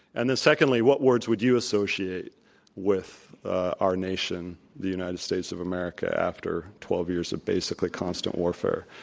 and then secondly, what words would you associate with our nation, the united states of america, after twelve years of basically constant warfare?